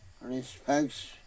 respects